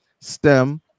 STEM